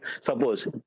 suppose